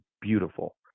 beautiful